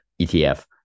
ETF